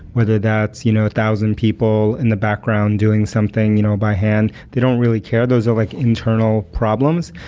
whether that's a you know thousand people in the background doing something you know by hand, they don't really care. those are like internal problems.